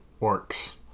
orcs